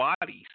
bodies